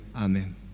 Amen